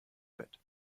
bett